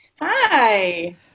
Hi